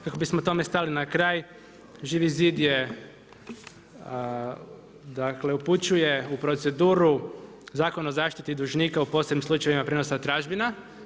Kako bismo tome stali na kraj Živi zid upućuje u proceduru Zakon o zaštiti dužnika u posebnim slučajevima prijenosna tražbina.